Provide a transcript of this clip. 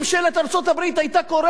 להבדיל אלף אלפי הבדלות,